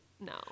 No